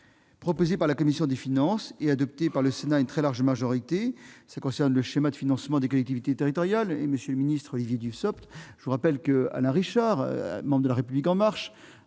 proposés par la commission des finances et adoptés par le Sénat à une très large majorité concernant le schéma de financement des collectivités territoriales. Monsieur le secrétaire d'État, je vous rappelle qu'Alain Richard, membre de La République En Marche,